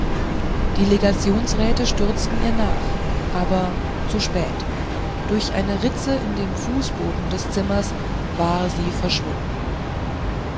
die legationsräte stürzten ihr nach aber zu spät durch eine ritze in dem fußboden des zimmers war sie verschwunden